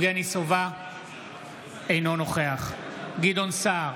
אינו נוכח גדעון סער,